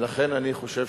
לכן, אני חושב